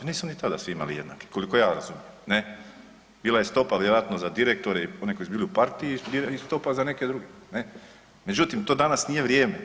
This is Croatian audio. Nisu ni tada imali jednake koliko ja razumijem, ne, bila je stopa vjerojatno za direktore i oni koji su bili u partiji i stopa za neke druge, ne, međutim to danas nije vrijeme.